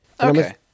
Okay